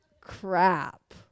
Crap